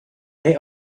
they